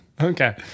Okay